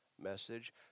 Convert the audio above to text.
message